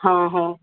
ହାଁ ହଁ